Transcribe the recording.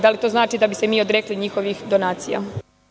Da li to znači da bi se mi odrekli njihovih donacija?